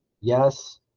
yes